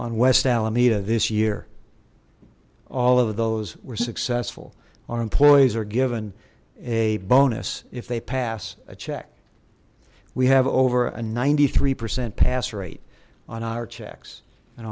on west alameda this year all of those were successful our employees are given a bonus if they pass a check we have over a ninety three percent pass rate on our checks and